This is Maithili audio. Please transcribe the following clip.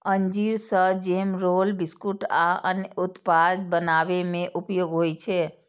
अंजीर सं जैम, रोल, बिस्कुट आ अन्य उत्पाद बनाबै मे उपयोग होइ छै